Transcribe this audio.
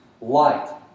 light